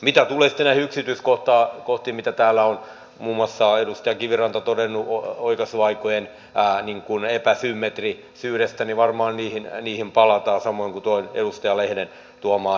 mitä tulee sitten näihin yksityiskohtiin mitä täällä on muun muassa edustaja kiviranta todennut oikaisuaikojen epäsymmetrisyydestä niin varmaan niihin palataan samoin kuin edustaja lehden tuomaan ennakkopäätösproblematiikkaan